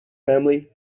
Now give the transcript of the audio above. family